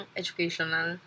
educational